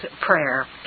prayer